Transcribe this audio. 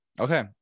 Okay